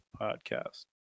podcast